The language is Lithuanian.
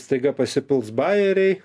staiga pasipils bajeriai